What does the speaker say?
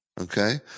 Okay